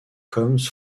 comes